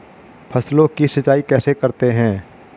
फसलों की सिंचाई कैसे करते हैं?